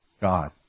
God